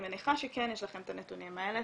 אני מניחה שכן יש לכם את הנתונים האלה.